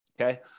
Okay